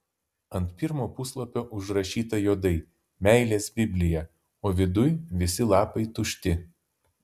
ant pirmo puslapio užrašyta juodai meilės biblija o viduj visi lapai tušti